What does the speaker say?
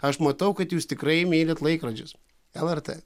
aš matau kad jūs tikrai mylit laikrodžius lrt